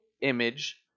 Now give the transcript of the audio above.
image